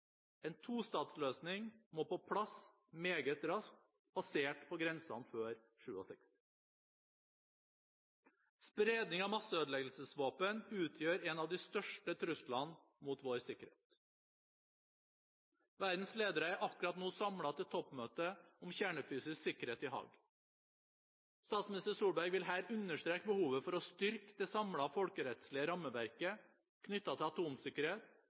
En to-statsløsning må på plass meget raskt, basert på grensene før 1967. Spredning av masseødeleggelsesvåpen utgjør en av de største truslene mot vår sikkerhet. Verdens ledere er akkurat nå samlet i Haag til toppmøte om kjernefysisk sikkerhet. Statsminister Solberg vil her understreke behovet for å styrke det samlede folkerettslige rammeverket knyttet til atomsikkerhet,